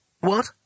What